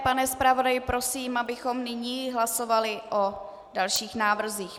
Pane zpravodaji, prosím, abychom nyní hlasovali o dalších návrzích.